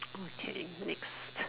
okay next